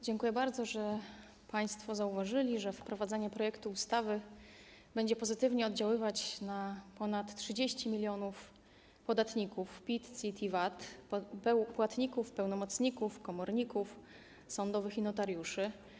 Dziękuję bardzo, że państwo zauważyli, że wprowadzenie projektu ustawy będzie pozytywnie oddziaływać na ponad 30 mln podatników PIT, CIT i VAT, płatników, pełnomocników, komorników sądowych i notariuszy.